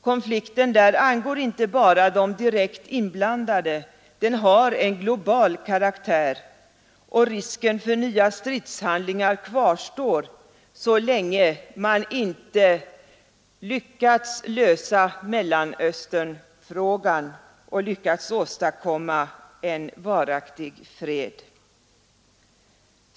Konflikten där angår inte bara de direkt inblandade — den har en global karaktär, och risken för nya stridshandlingar kvarstår så länge man inte lyckats lösa Mellanösternfrågan och lyckats åstadkomma en varaktig fred.